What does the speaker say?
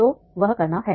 तो वह करना है